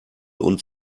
und